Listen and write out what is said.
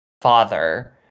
father